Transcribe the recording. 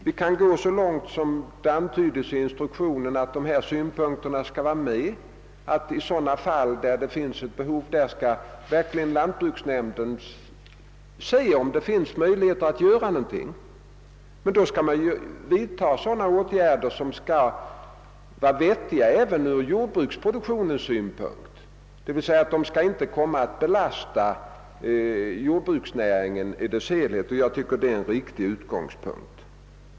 Vi kan gå så långt, som det antydes i instruktionen, att dessa synpunkter skall vara med och att lantbruksnämnden i sådana fall där det finns behov verkligen skall undersöka om det finns möjligheter att göra någonting. Då måste det emellertid vidtas åtgärder som är vettiga även från jordbruksproduktionens synpunkt, d.v.s. de skall inte komma att belasta jordbruksnäringen i dess helhet. Det är en riktig utgångspunkt.